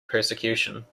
persecution